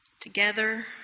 Together